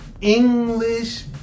English